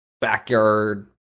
backyard